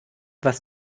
was